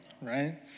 right